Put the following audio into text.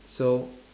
so